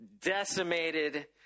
decimated